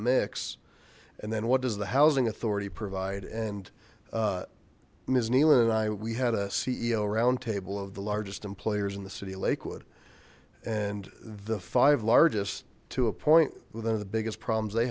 mix and then what does the housing authority provide and ms nealon and i we had a ceo roundtable of the largest employers in the city of lakewood and the five largest to a point within of the biggest problems they